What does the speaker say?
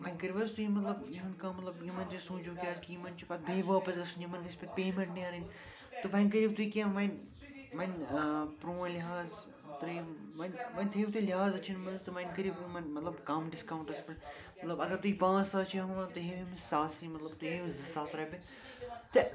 وۄنۍ کٔرِو حظ تُہۍ مطلب کم مطلب یِہُنٛد تہِ سوٗنچِو کیٛازِ کہِ یِمَن چھِ پتہٕ بیٚیہِ واپَس گژھُن یِمَن گَژھ پتہٕ پیمٮ۪نٛٹ نیرٕنۍ تہٕ وۄنۍ کٔرِو تُہۍ کیٚنہہ وۄنۍ وۄنۍ پرٛون لحاظ ترٛیٚیِم وۄنۍ وۄنۍ تھٲیِو تُہۍ لحاظ أچھَن منٛز تہٕ وۄنۍ کٔرِو یِمَن مطلب کَم ڈِسکاوٹَس پٮ۪ٹھ مطلب اگر تُہۍ پانٛژھ ساس چھُو ہٮ۪وان تُہۍ ہٮ۪یُو أمِس ساسٕے مطلب تُہۍ ہٮ۪یُو زٕ ساس روپیہِ تہٕ